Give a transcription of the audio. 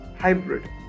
hybrid